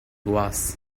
was